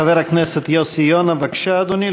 חבר הכנסת יוסי יונה, בבקשה, אדוני.